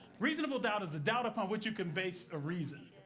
reasonable doubt is a doubt upon which you can base a reason.